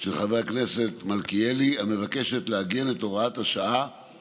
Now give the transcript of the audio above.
של חבר הכנסת מלכיאלי, המבקשת לעגן את הוראת השעה